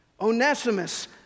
Onesimus